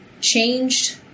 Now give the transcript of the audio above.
changed